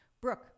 Brooke